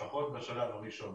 לפחות בשלב הראשון.